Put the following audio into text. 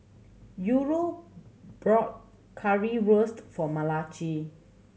Eura brought Currywurst for Malachi